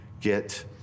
get